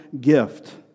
gift